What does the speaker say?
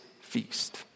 feast